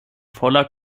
voller